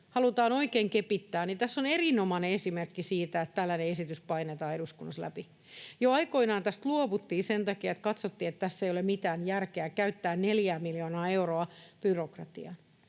halutaan oikein kepittää, niin tässä on erinomainen esimerkki siitä, että tällainen esitys painetaan eduskunnassa läpi. Jo aikoinaan tästä luovuttiin sen takia, että katsottiin, että tässä ei ole mitään järkeä käyttää neljää miljoonaa euroa byrokratiaan.